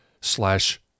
slash